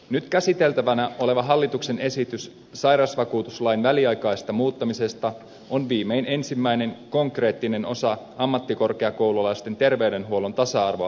nyt käsiteltävänä oleva hallituksen esitys sairausvakuutuslain väliaikaisesta muuttamisesta on viimein ensimmäinen konkreettinen osa ammattikorkeakoululaisten terveydenhuollon tasa arvoa parantavaa pakettia